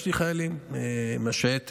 ופגשתי חיילים מהשייטת.